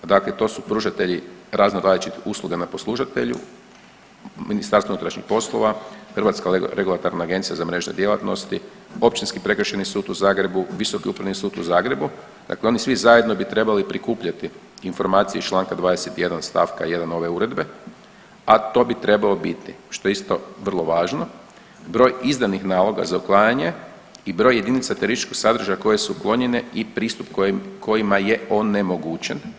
Dakle, to su pružatelji razno različitih usluga na poslužitelju, MUP, Hrvatska regulatorna agencija za mrežne djelatnosti, Općinski prekršajni sud u Zagrebu, Visoki upravni sud u Zagrebu, dakle oni svi zajedno bi trebali prikupljani informacije iz Članka 21. stavka 1. ove uredbe, a to bi trebalo biti što je isto vrlo važno, broj izdanih naloga za uklanjanje i broj jedinica terorističkog sadržaja koje su uklonjene i pristup kojima je onemogućen.